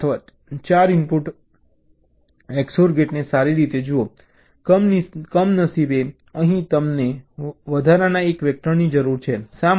તમારા 4 input XOR ગેટને સારી રીતે જુઓ કમનસીબે અહીં તમારે વધારાના 1 વેક્ટરની જરૂર છે શા માટે